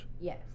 Yes